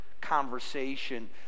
conversation